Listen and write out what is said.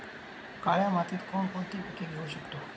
काळ्या मातीत कोणकोणती पिके घेऊ शकतो?